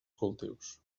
cultius